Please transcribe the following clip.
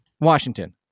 washington